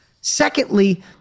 Secondly